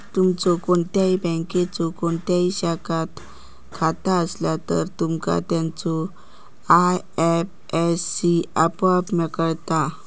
तुमचो कोणत्याही बँकेच्यो कोणत्याही शाखात खाता असला तर, तुमका त्याचो आय.एफ.एस.सी आपोआप कळता